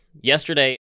Yesterday